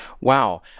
Wow